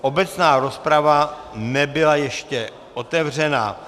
Obecná rozprava nebyla ještě otevřena.